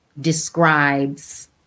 describes